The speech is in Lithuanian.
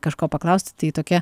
kažko paklausti tai tokia